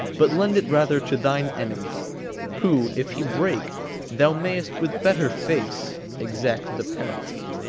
but lend it rather to thine enemy who if he break thou mayst with better face exact the penalty.